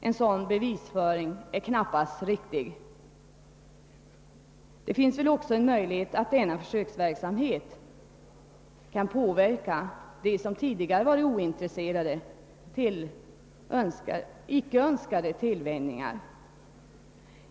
En sådan bevisföring är knappast riktig. Det finns väl också möjlighet för att denna försöksverksamhet kan påverka dem som tidigare har varit ointresserade till icke önskvärd tillvänjning.